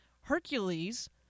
Hercules